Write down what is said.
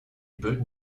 böden